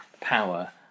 power